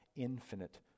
infinite